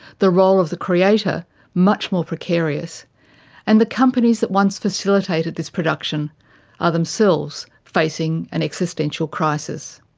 the role of the creator much more precarious and the companies that once facilitated this production are themselves facing an existential crisis.